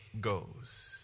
goes